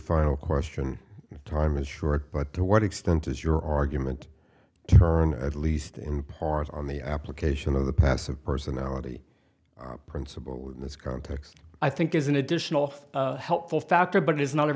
final question time is short but to what extent is your argument turn at least in part on the application of the passive personality principle in this context i think is an additional helpful factor but it is not a